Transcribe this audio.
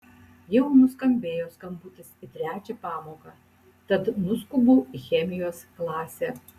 jau nuskambėjo skambutis į trečią pamoką tad nuskubu į chemijos klasę